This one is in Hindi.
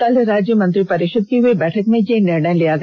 कल राज्य मंत्रिपरिषद की हूई बैठक में यह निर्णय लिया गया